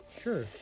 Sure